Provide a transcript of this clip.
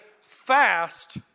fast